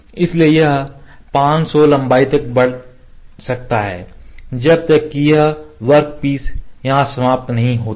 इसलिए यह 500 लंबाई तक बढ़ सकता है जब तक कि यह वर्क पीस यहाँ समाप्त नहीं होता है